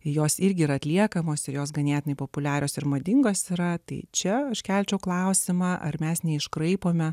jos irgi yra atliekamos ir jos ganėtinai populiarios ir madingos yra tai čia iškelčiau klausimą ar mes neiškraipome